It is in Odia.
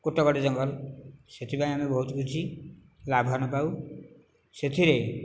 କୁଟଗଡ଼ ଜଙ୍ଗଲ ସେଥିପାଇଁ ଆମେ ବହୁତ କିଛି ଲାଭବାନ ପାଉ ସେଥିରେ